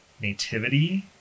nativity